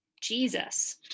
jesus